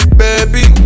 baby